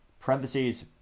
Parentheses